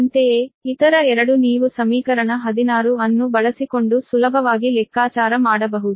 ಅಂತೆಯೇ ಇತರ 2 ನೀವು ಸಮೀಕರಣ 16 ಅನ್ನು ಬಳಸಿಕೊಂಡು ಸುಲಭವಾಗಿ ಲೆಕ್ಕಾಚಾರ ಮಾಡಬಹುದು